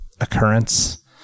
occurrence